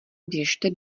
běžte